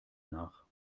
nach